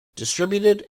distributed